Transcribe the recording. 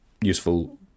useful